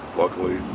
luckily